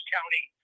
County